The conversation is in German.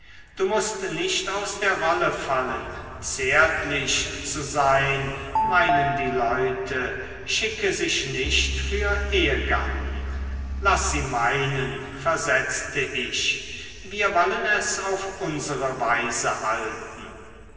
du mußt nicht aus der rolle fallen zärtlich zu sein meinen die leute schicke sich nicht für ehegatten laß sie meinen versetzte ich wir wollen es auf unsere weise halten